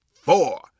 four